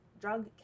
drug